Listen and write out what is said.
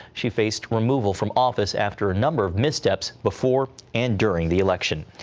she faced removal from office after a number of missteps before and during the election.